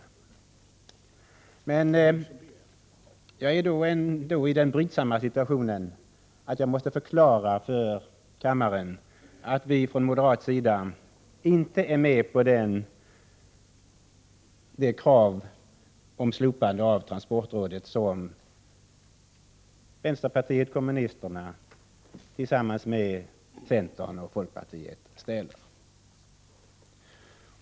Men jag är då i den brydsamma situationen att jag måste förklara för kammaren att vi moderater inte är med på det krav om slopande av transportrådet som vänsterpartiet kommunisterna, centern och folkpartiet ställer.